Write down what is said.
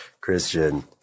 Christian